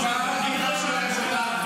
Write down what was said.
כבר אמרתי לך, אני מברך אותם.